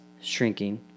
shrinking